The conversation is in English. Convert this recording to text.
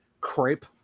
crepe